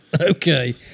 okay